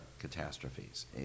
catastrophes